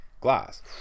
glass